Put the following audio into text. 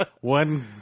one